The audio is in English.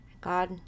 God